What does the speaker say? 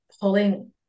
pulling